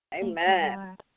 Amen